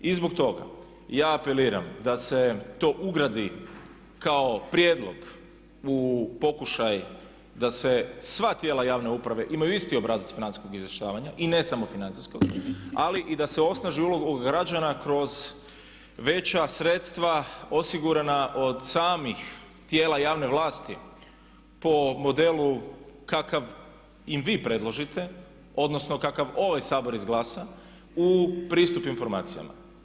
I zbog toga ja apeliram da se to ugradi kao prijedlog u pokušaj da se sva tijela javne uprave imaju isti obrazac financijskog izvještavanja i ne samo financijskog, ali i da se osnaži uloga građana kroz veća sredstva osigurana od samih tijela javne vlasti po modelu kakav im vi predložite, odnosno kakav ovaj Sabor izglasa u pristup informacijama.